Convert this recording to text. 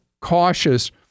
cautious